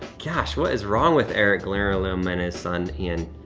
gosh, what is wrong with eric glerum, and his son, ian?